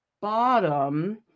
bottom